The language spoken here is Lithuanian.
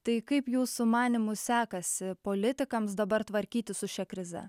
tai kaip jūsų manymu sekasi politikams dabar tvarkytis su šia krize